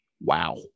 Wow